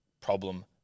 problem